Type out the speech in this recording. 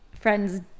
friends